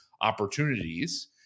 opportunities